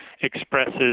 expresses